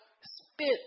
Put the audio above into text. spit